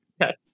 Yes